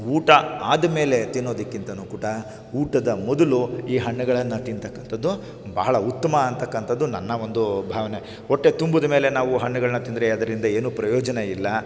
ಊಟ ಆದಮೇಲೆ ತಿನ್ನೋದಕ್ಕಿಂತ ಕೂಡ ಊಟದ ಮೊದಲು ಈ ಹಣ್ಣುಗಳನ್ನು ತಿಂತಕ್ಕಂಥದ್ದು ಬಹಳ ಉತ್ತಮ ಅಂತಕ್ಕಂಥದ್ದು ನನ್ನ ಒಂದು ಭಾವನೆ ಹೊಟ್ಟೆ ತುಂಬಿದ್ಮೇಲೆ ನಾವು ಹಣ್ಣುಗಳನ್ನ ತಿಂದರೆ ಅದರಿಂದ ಏನೂ ಪ್ರಯೋಜನ ಇಲ್ಲ